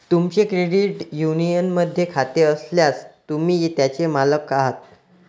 तुमचे क्रेडिट युनियनमध्ये खाते असल्यास, तुम्ही त्याचे मालक आहात